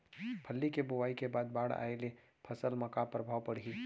फल्ली के बोआई के बाद बाढ़ आये ले फसल मा का प्रभाव पड़ही?